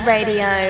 Radio